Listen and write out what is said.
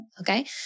Okay